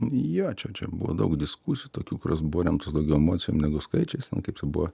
jo čia čia buvo daug diskusijų tokių kurios buvo remtos daugiau emocijom negu skaičiais kaip čia buo